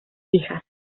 hijas